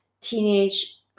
teenage